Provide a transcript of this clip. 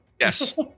Yes